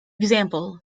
example